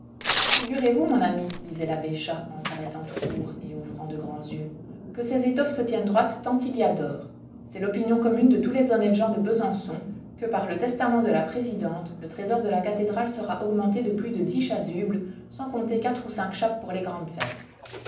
figurez-vous mon ami disait l'abbé chas en s'arrêtant tout court et ouvrant de grands yeux que ces étoffes se tiennent droites tant il y a d'or c'est l'opinion commune de tous les honnêtes gens de besançon que par le testament de la présidente le trésor de la cathédrale sera augmenté de plus de dix chasubles sans compter quatre ou cinq chapes pour les grandes fêtes